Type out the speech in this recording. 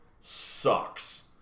sucks